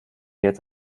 jetzt